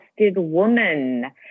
Woman